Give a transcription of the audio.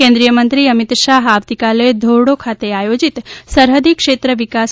કેન્દ્રીય મંત્રી અમિત શાહ આવીતકાલે ધોરડો ખાતે આયોજીત સરહદી ક્ષેત્ર વિકાસ